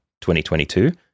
2022